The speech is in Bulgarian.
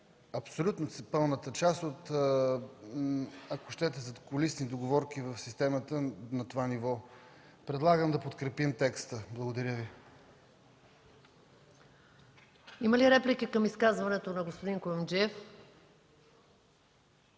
абсолютно пълната част от, ако щете, задкулисни договорки в системата на това ниво. Предлагам да подкрепим текста. Благодаря Ви. ПРЕДСЕДАТЕЛ МАЯ МАНОЛОВА: Има ли реплики към изказването на господин Куюмджиев?